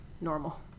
normal